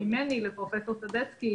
--- ממני לפרופסור סדצקי,